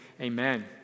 amen